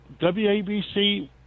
WABC